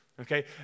Okay